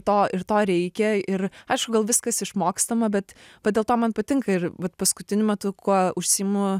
to ir to reikia ir aišku gal viskas išmokstama bet va dėl to man patinka ir vat paskutiniu metu kuo užsiimu